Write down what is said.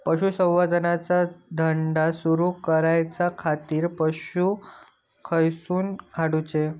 पशुसंवर्धन चा धंदा सुरू करूच्या खाती पशू खईसून हाडूचे?